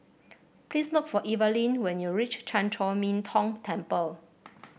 please look for Evalyn when you reach Chan Chor Min Tong Temple